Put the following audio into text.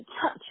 touch